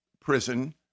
prison